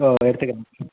ஓ எடுத்துக்கிறேன்